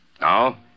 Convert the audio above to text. Now